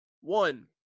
One